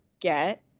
get